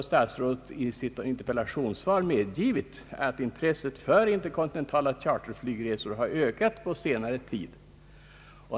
Statsrådet har i sitt interpellationssvar medgivit att intresset för interkontinentala charterresor ökat på senare tid.